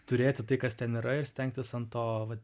turėti tai kas ten yra ir stengtis ant to va